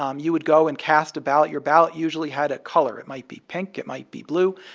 um you would go and cast a ballot. your ballot usually had a color. it might be pink. it might be blue.